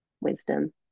wisdom